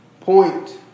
point